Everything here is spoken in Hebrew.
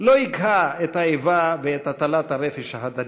לא הקהה את האיבה ואת הטלת הרפש ההדדית,